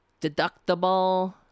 Deductible